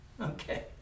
Okay